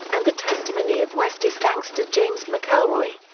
and the testimony of westies gangster james mcelroy.